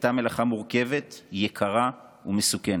הייתה מלאכה מורכבת, יקרה ומסוכנת,